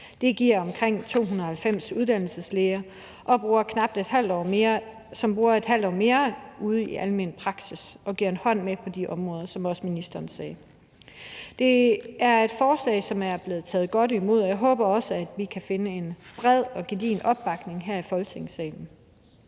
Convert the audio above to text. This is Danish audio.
Det giver omkring 290 uddannelseslæger, som bruger knap ½ år mere ude i almen praksis, hvor de giver en hånd med på de områder, som også ministeren omtalte. Det er et forslag, som der er blevet taget godt imod, og jeg håber også, at vi kan finde en bred og gedigen opbakning her i Folketingssalen.